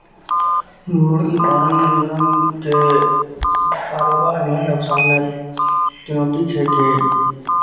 मुरगी पालनके कारोबारमे नुकसान नहि नहि ओतेक छै कि